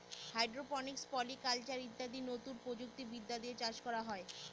hydroponics, polyculture ইত্যাদি নতুন প্রযুক্তি বিদ্যা দিয়ে চাষ করা হয়